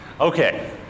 Okay